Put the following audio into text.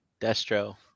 Destro